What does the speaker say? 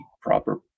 proper